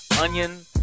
onion